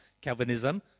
Calvinism